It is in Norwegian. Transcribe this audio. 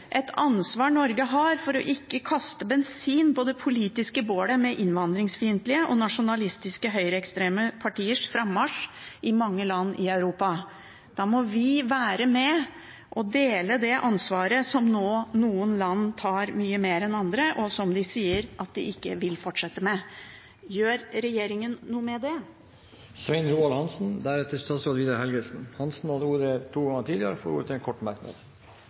et ansvar Norge har for ikke å kaste bensin på det politiske bålet, med innvandringsfiendtlige og nasjonalistiske, høyreekstreme partiers frammarsj i mange land i Europa. Vi må være med og dele det ansvaret som noen land nå tar mye mer enn andre, og som de sier at de ikke vil fortsette med. Gjør regjeringen noe med det? Representanten Svein Roald Hansen har hatt ordet to ganger tidligere i debatten og får ordet til en kort merknad,